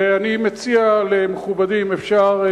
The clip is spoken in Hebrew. ואני מציע למכובדי, אם אפשר,